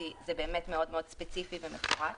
כי זה באמת מאוד ספציפי ומפורט.